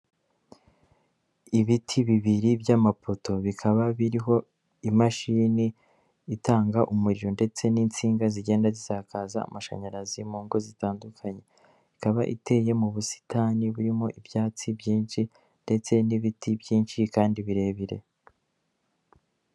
Ibiti bibiri by'amapoto bikaba biriho imashini itanga umuriro ndetse n'insinga zigenda zisakaza amashanyarazi mu ngo zitandukanye, ikaba iteye mu busitani burimo ibyatsi byinshi ndetse n'ibiti byinshi kandi birebire.